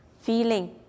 feeling